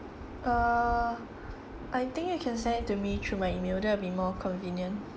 err I think you can send it to me through my email that will be more convenient